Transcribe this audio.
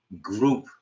group